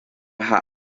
ha